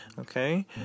Okay